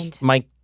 Mike